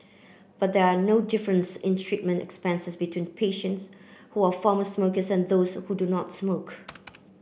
but there no difference in treatment expenses between patients who are former smokers and those who do not smoke